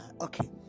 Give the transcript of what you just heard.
Okay